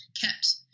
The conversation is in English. kept